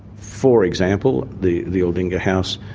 for example, the the aldinga house,